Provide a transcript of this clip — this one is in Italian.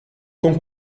con